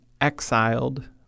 exiled